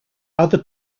other